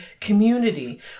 community